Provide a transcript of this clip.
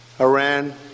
Iran